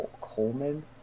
Coleman